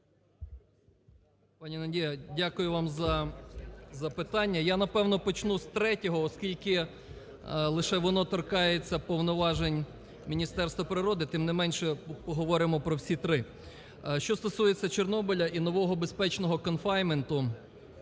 Пані Надія, дякую вам за запитання. Я, напевно, почну з третього, оскільки лише воно торкається повноважень Міністерства природи. Тим не менше, поговоримо про всі три. Що стосується Чорнобиля і нового безпечного конфайнменту,